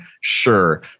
Sure